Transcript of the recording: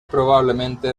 probablemente